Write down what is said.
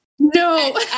No